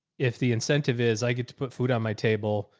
if the incentive is i get to put food on my table,